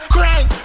Crank